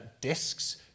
discs